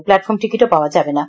platform টিকিটও পাওয়া যাবেনা